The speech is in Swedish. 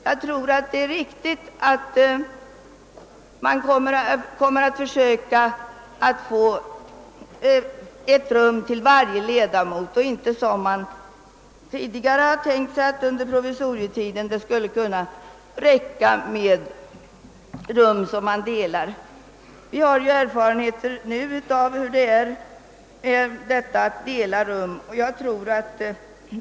Jag tror det är riktigt att försöka få ett rum till varje ledamot och inte — som man tidigare tänkt sig — under provisorietiden låta det räcka med rum som delas mellan ledamöter. Vi har ju erfarenheter av hur det nu är att dela arbetsrum.